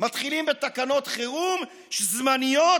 מתחילים בתקנות חירום זמניות,